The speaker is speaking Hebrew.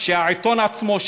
שהעיתון עצמו,